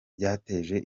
byateje